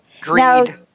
Greed